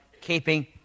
keeping